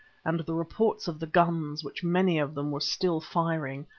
and the reports of the guns which many of them were still firing,